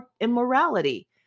immorality